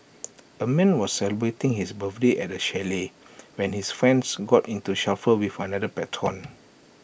A man was celebrating his birthday at A chalet when his friends got into shuffle with another patron